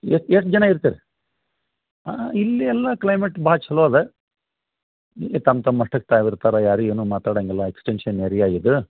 ಎಷ್ಟು ಎಷ್ಟು ಜನ ಇರ್ತೀರಿ ಹಾಂ ಇಲ್ಲಿ ಎಲ್ಲ ಕ್ಲೈಮೇಟ್ ಭಾಳ ಚೊಲೋ ಇದೆ ಇಲ್ಲಿ ತಮ್ಮ ತಮ್ಮಷ್ಟಕ್ಕೆ ತಾವು ಇರ್ತಾರೆ ಯಾರೂ ಏನೂ ಮಾತಾಡೋಂಗಿಲ್ಲ ಎಕ್ಸ್ಟೆನ್ಶನ್ ಏರಿಯಾ ಇದು